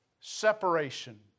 separation